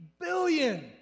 billion